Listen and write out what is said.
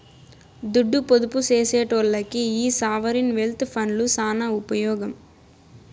దుడ్డు పొదుపు సేసెటోల్లకి ఈ సావరీన్ వెల్త్ ఫండ్లు సాన ఉపమోగం